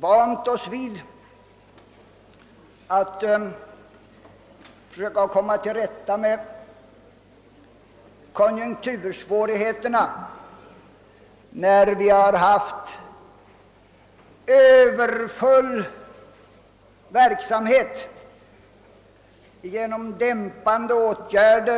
vant oss vid att försöka komma till rätta med konjunktursvårigheterna genom dämpande åtgärder.